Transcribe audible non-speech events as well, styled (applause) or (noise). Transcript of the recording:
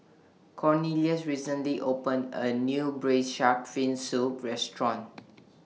Cornelius recently opened A New Braised Shark Fin Soup Restaurant (noise)